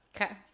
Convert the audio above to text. Okay